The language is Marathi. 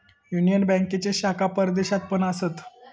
युनियन बँकेचे शाखा परदेशात पण असत